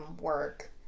work